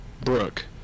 Brooke